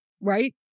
Right